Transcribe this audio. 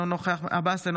אינו נוכח מנסור עבאס,